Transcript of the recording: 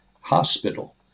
hospital